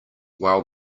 while